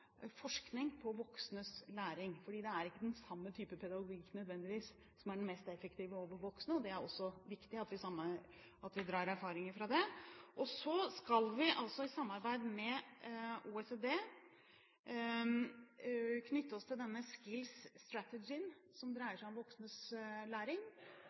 forskning på voksnes læring, fordi det ikke nødvendigvis er den samme typen pedagogikk som er den mest effektive overfor voksne, og det er også viktig at vi drar erfaringer fra det. I samarbeid med OECD skal vi knytte oss til denne Skills Strategy, som dreier seg om voksnes læring,